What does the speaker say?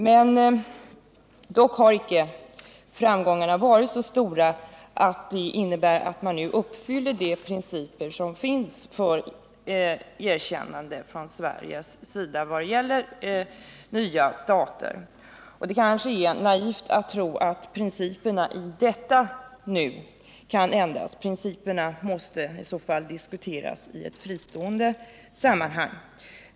Men framgångarna har icke varit så stora att det innebär att man uppfyller de principer som finns för erkännande från Sveriges sida vad gäller nya stater. Det kanske är naivt att tro att principerna i detta nu kan ändras. Principerna måste i så fall diskuteras i ett fristående sammanhang.